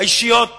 האישיות והאחרות,